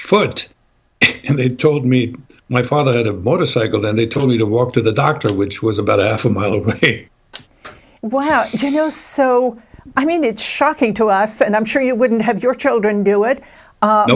foot and they told me my father had a motorcycle then they told me to walk to the doctor which was about a half a mile away wow so i mean it's shocking to us and i'm sure you wouldn't have your children do it